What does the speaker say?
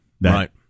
right